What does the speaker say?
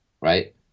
right